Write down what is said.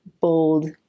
bold